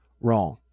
wrong